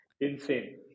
insane